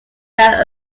that